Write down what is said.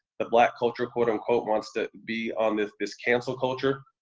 the black culture quote, unquote wants to be on this this cancel culture.